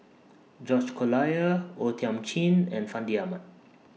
George Collyer O Thiam Chin and Fandi Ahmad